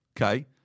okay